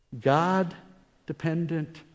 God-dependent